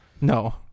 No